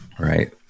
right